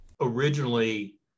originally